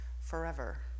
forever